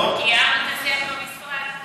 מצליח במשרד.